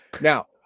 now